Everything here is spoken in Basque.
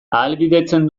ahalbidetzen